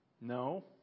No